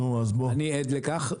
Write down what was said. אני עד לכך.